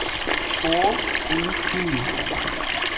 OTP